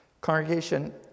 congregation